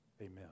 Amen